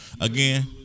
Again